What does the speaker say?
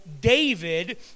David